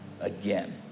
again